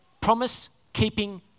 promise-keeping